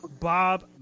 Bob